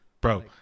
Bro